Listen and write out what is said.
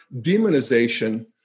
demonization